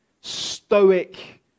stoic